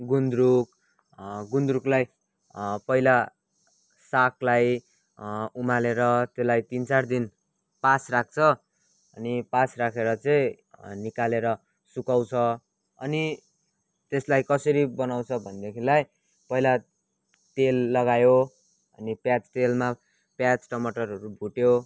गुन्द्रुक गुन्द्रुकलाई पहिला सागलाई उमालेर त्यसलाई तिन चार दिन पास राख्छ अनि पास राखेर चाहिँ निकालेर सुकाउँछ अनि त्यसलाई कसरी बनाउँछ भनेदेखिलाई पहिला तेल लगायो अनि प्याज तेलमा प्याज टमटरहरू भुट्यो